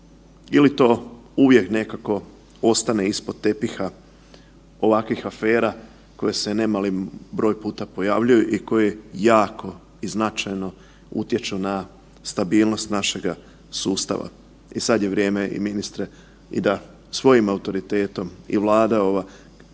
ili to uvijek nekako ostane ispod tepiha ovakvih afera koje se ne mali broj puta pojavljuju i koji jako i značajno utječu na stabilnost našega sustava. I sada je vrijeme ministre da svojim autoritetom i Vlada ova kaže